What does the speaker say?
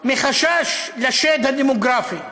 מחשש לשד הדמוגרפי.